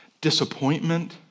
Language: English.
disappointment